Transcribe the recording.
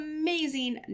amazing